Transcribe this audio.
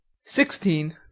Sixteen